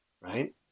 right